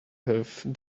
have